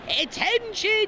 Attention